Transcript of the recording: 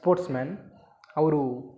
sports man ಅವರು